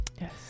Yes